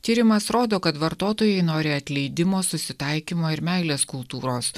tyrimas rodo kad vartotojai nori atleidimo susitaikymo ir meilės kultūros